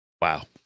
Wow